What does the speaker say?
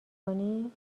کنی